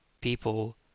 people